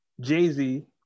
Jay-Z